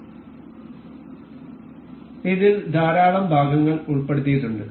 അതിനാൽ ഇതിൽ ധാരാളം ഭാഗങ്ങൾ ഉൾപ്പെടുത്തിയിട്ടുണ്ട്